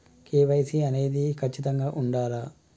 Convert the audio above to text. KYC అనేది ఖచ్చితంగా ఉండాలా?